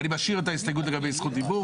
אני משאיר את ההסתייגות לגבי זכות דיבור.